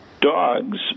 dogs